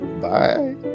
bye